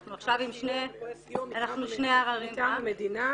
אנחנו עכשיו עם שני ------ מטעם המדינה,